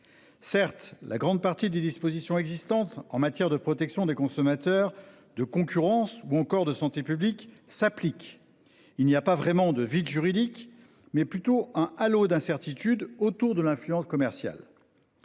Certes la grande partie des dispositions existantes en matière de protection des consommateurs de concurrence ou encore de santé publique s'applique, il n'y a pas vraiment de vide juridique, mais plutôt un halo d'incertitudes autour de l'influence commerciale.